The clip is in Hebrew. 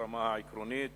ברמה העקרונית